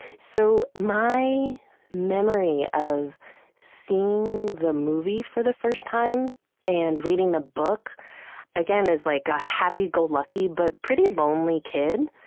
so my memory of seeing the movie for the first time and reading the book again, as like a happy-go-lucky but pretty lonely kid,